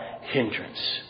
hindrance